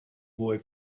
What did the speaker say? boy